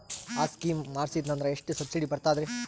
ಆ ಸ್ಕೀಮ ಮಾಡ್ಸೀದ್ನಂದರ ಎಷ್ಟ ಸಬ್ಸಿಡಿ ಬರ್ತಾದ್ರೀ?